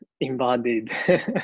embodied